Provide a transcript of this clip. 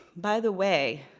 by the way,